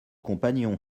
compagnon